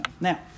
Now